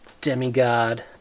Demigod